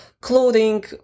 clothing